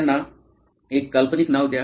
त्यांना एक काल्पनिक नाव द्या